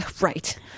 Right